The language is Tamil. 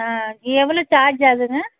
ஆ எவ்வளோ சார்ஜ் ஆகுங்க